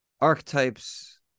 archetypes